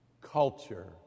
culture